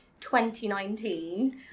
2019